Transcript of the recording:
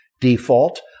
Default